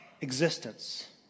Existence